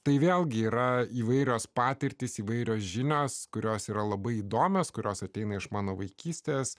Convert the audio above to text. tai vėlgi yra įvairios patirtys įvairios žinios kurios yra labai įdomios kurios ateina iš mano vaikystės